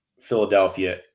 philadelphia